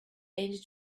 end